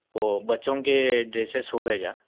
وہ بچوں کے ڈریسیس ہو گئے کیا